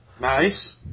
Nice